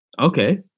Okay